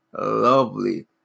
lovely